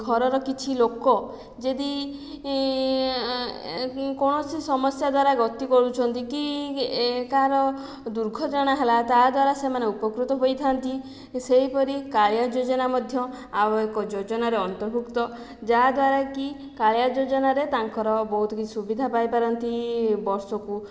ଘରର କିଛି ଲୋକ ଯଦି କୋଣସି ସମସ୍ୟା ଦ୍ୱାରା ଗତି କରୁଛନ୍ତି କି କାହାର ଦୁର୍ଘଟଣା ହେଲା ତା'ଦ୍ୱାରା ସେମାନେ ଉପକୃତ ହୋଇଥାନ୍ତି ସେହି ପରି କାଳିଆ ଯୋଜନା ମଧ୍ୟ ଆଉ ଏକ ଯୋଜନାରେ ଅନ୍ତର୍ଭୁକ୍ତ ଯାହାଦ୍ୱାରାକି କାଳିଆ ଯୋଜନାରେ ତାଙ୍କର ବହୁତ କିଛି ସୁବିଧା ପାଇପାରନ୍ତି ବର୍ଷକୁ